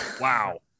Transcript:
Wow